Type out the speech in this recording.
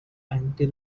until